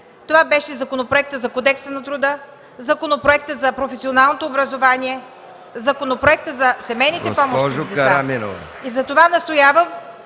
Това бяха Законопроектът за Кодекса на труда, Законопроектът за професионалното образование, Законопроектът за семейните помощи на децата. (Ръкопляскания